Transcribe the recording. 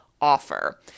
offer